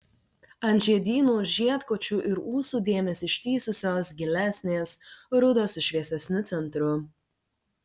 ant žiedynų žiedkočių ir ūsų dėmės ištįsusios gilesnės rudos su šviesesniu centru